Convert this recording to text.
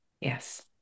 Yes